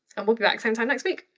and we'll be back same time next week.